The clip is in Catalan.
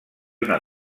una